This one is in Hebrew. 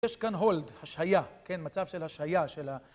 יש כאן הולד, השהיה, כן, מצב של השהיה של ה...